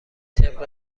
طبق